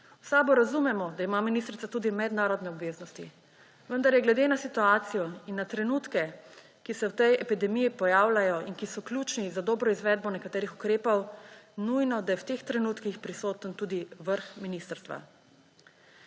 V SAB razumemo, da ima ministrica tudi mednarodne obveznosti, vendar je glede na situacijo in na trenutke, ki se v tej epidemiji pojavljajo in ki so ključni za dobro izvedbo nekaterih ukrepov, nujno, da je v teh trenutkih prisoten tudi vrh ministrstva.